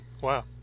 Wow